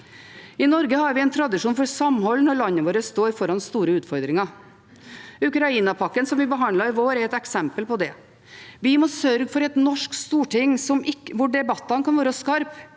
I Norge har vi en tradisjon for samhold når landet vårt står foran store utfordringer. Ukrainapakken som vi behandlet i vår, er et eksempel på det. Vi må sørge for et norsk storting hvor debattene kan være skarpe,